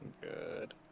good